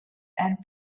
and